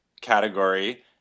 category